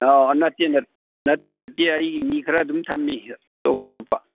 ꯑꯣ ꯅꯠꯇꯦ ꯅꯠꯇꯦ ꯅꯠꯇꯦ ꯑꯩꯒꯤ ꯃꯤ ꯈꯔ ꯑꯗꯨꯝ ꯊꯝꯃꯤ ꯑꯇꯣꯞ ꯑꯇꯣꯞꯄ